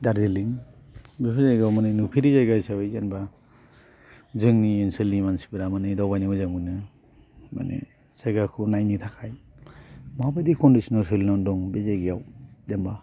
डारजिलिं बेफोर जायगायाव माने नुफेरि जायगा हिसाबै जेनेबा जोंनि ओनसोलनि मानसिनिफोरा माने दावबायनो मोजां मोनो माने जायगाखौ नायनो थाखाय माबायदि कन्दिस'नाव सोलिनानै दं बे जायगायाव जेनेबा